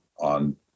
on